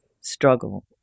struggle